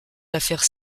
l’affaire